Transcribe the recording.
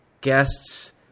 guests